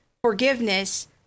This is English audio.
forgiveness